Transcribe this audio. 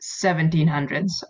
1700s